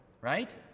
right